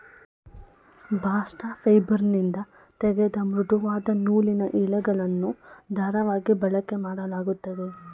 bast ಫೈಬರ್ನಿಂದ ತೆಗೆದ ಮೃದುವಾದ ನೂಲಿನ ಎಳೆಗಳನ್ನು ದಾರವಾಗಿ ಬಳಕೆಮಾಡಲಾಗುತ್ತದೆ